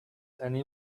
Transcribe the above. any